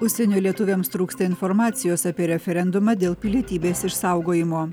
užsienio lietuviams trūksta informacijos apie referendumą dėl pilietybės išsaugojimo